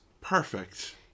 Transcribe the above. perfect